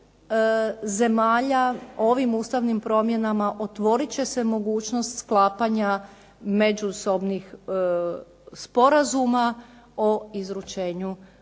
zemalja ovim ustavnim promjenama otvorit će se mogućnost sklapanja međusobnih sporazuma o izručenju